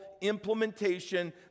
implementation